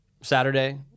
Saturday